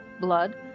blood